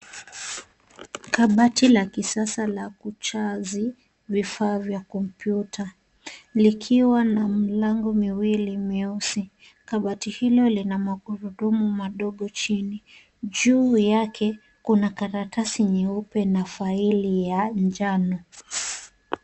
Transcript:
Kabati la kisasa la kuchazi vifaa vya kompyuta likiwa na mlango miwili mieusi. Kabati hilo lina magurudumu madogo chini. Juu yake kuna karatasi nyeupe na faili ya njano.